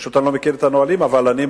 אני פשוט לא מכיר את הנהלים,